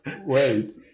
Wait